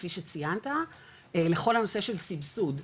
כפי שציינת לכל הנושא של סבסוד,